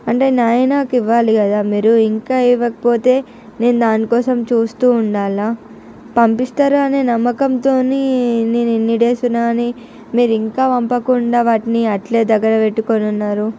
అంటే నావి నాకు ఇవ్వాలి కదా మీరు ఇంకా ఇవ్వకపోతే నేను దాని కోసం చూస్తూ ఉండాలా పంపిస్తారు అనే నమ్మకంతోని నేను ఇన్ని డేస్ ఉన్నా కానీ మీరు ఇంకా పంపకుండా వాటిని అట్లనే దగ్గర పెట్టుకొని ఉన్నారు